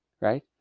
right